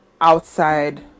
outside